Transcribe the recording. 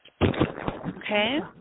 Okay